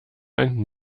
ein